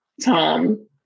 Tom